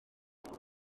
hanes